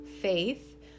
Faith